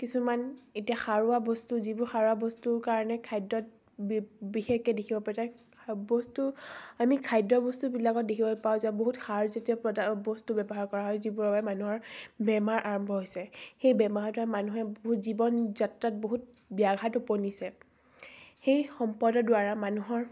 কিছুমান এতিয়া সাৰুৱা বস্তু যিবোৰ সাৰুৱা বস্তুৰ কাৰণে খাদ্যত বি বিশেষকৈ দেখিব পোৱা যায় বস্তু আমি খাদ্য বস্তুবিলাকত দেখিবলৈ পাওঁ যে বহুত সাৰজাতীয় পদা বস্তু ব্যৱহাৰ কৰা হয় যিবোৰৰ কাৰণে মানুহৰ বেমাৰ আৰম্ভ হৈছে সেই বেমাৰৰ দ্বাৰা মানুহে বহুত জীৱন যাত্ৰাত বহুত ব্যাঘাত উপনিছে সেই সম্পদৰ দ্বাৰা মানুহৰ